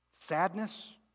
Sadness